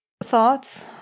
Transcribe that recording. Thoughts